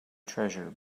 treasure